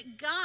God